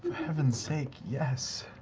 heaven's sake, yes!